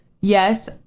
yes